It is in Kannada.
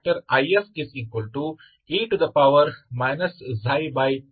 Fe 3